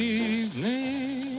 evening